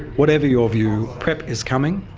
whatever your view, prep is coming,